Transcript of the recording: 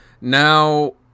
Now